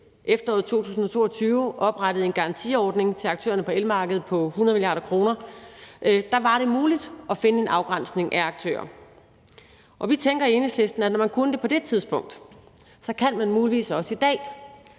efteråret 2022 oprettede en garantiordning til aktørerne på elmarkedet på 100 mia. kr., var det muligt at finde en afgrænsning af aktører. Og vi tænker i Enhedslisten, at når man kunne det på det tidspunkt, så kan man muligvis også i dag